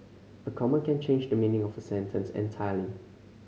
a comma can change the meaning of a sentence entirely